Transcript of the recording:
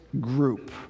group